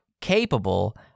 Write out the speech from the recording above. capable